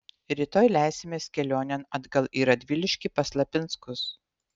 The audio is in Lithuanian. rytoj leisimės kelionėn atgal į radviliškį pas lapinskus